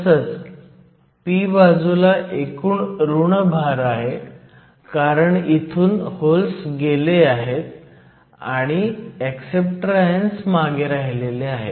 तसंच p बाजूला एकूण ऋण भार आहे कारण इथून होल्स गेले आहेत आणि ऍक्सेप्टर आयन्स मागे राहिले आहेत